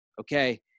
okay